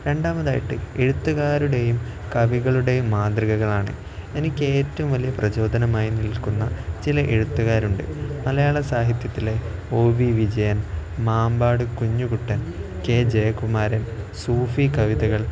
രണ്ടാമതായിട്ട് എഴുത്തുകാരുടെയും കവികളുടെയും മാതൃകകളാണ് എനിക്ക് ഏറ്റവും വലിയ പ്രചോദനമായി നിൽക്കുന്ന ചില എഴുത്തുകാരുണ്ട് മലയാള സാഹിത്യത്തിലെ ഒ വി വിജയൻ മാമ്പാട് കുഞ്ഞുകുട്ടൻ കെ ജയ കുമാരൻ സൂഫി കവിതകൾ